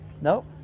Nope